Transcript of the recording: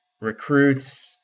recruits